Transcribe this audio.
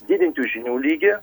didint tių žinių lygį